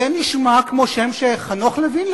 זה נשמע כמו שם שחנוך לוין,